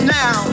now